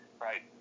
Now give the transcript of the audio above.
right